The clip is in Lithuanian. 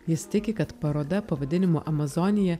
jis tiki kad paroda pavadinimu amazonija